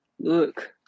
look